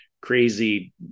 crazy